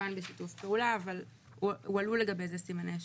כמובן בשיתוף פעולה אבל הועלו לגבי זה סימני שאלה.